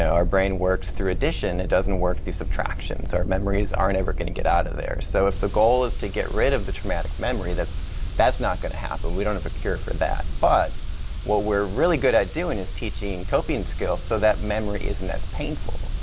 our brain works through addition, it doesn't work through subtraction. so, memories are never going to get out of there. so, if the goal is to get rid of the traumatic memory, that's that's not going to happen. we don't have a cure for that. but what we're really good at doing is teaching coping skills so that memory isn't as painful.